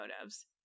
motives